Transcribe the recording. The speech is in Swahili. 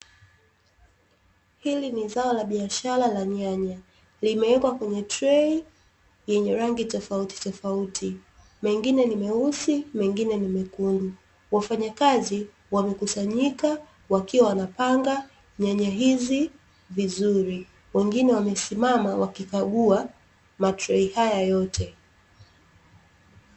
Hili ni zao la biashara la nyanya limewekwa kwenye trei yenye rangi tofauti tofauti, mengine ni meusi mengine nimekundu , wafanyakazi wamekusanyika wakiwa wanapanga nyanya hizi vizuri wengine wamesimama wakikagua matrei haya yote.